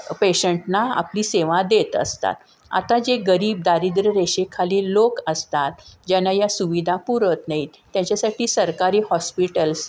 पेशंटना आपली सेवा देत असतात आता जे गरीब दारिद्ररेषेखाली लोक असतात ज्यांना या सुविधा पुरत नाहीत त्याच्यासाठी सरकारी हॉस्पिटल्स